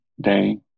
day